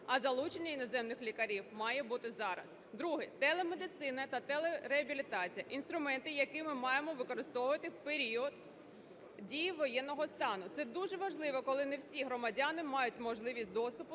а залучення іноземних лікарів має бути зараз. Друге. Телемедицина та телереабілітація - інструменти, які ми маємо використовувати в період дії воєнного стану. Це дуже важливо, коли не всі громадяни мають можливість доступу